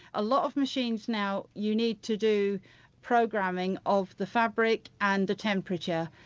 a lot of machines now you need to do programming of the fabric and the temperature,